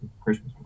Christmas